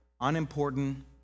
unimportant